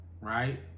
right